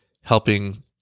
helping